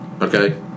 Okay